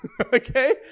okay